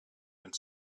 und